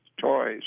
toys